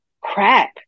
crap